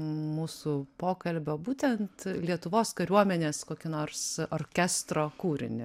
mūsų pokalbio būtent lietuvos kariuomenės kokį nors orkestro kūrinį